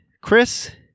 Chris